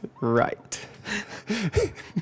right